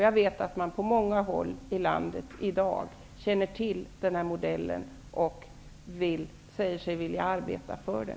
Jag vet att man på många håll i landet i dag känner till den här modellen och säger sig vilja arbeta för den.